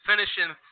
Finishing